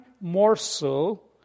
morsel